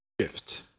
Shift